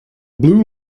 blue